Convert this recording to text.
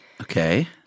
Okay